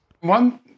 One